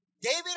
David